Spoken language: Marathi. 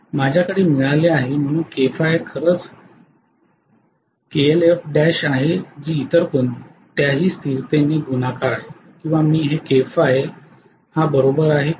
माझ्याकडे मिळाले आहे म्हणून ही kΦ खरंच kIfl आहे जी इतर कोणत्याही स्थिरतेने गुणाकार आहे किंवा मी हे kΦ K1 2